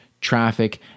traffic